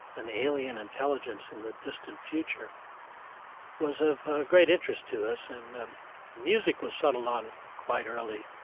an alien intelligence in the distant future was of great interest to us. and um music was settled on quite early,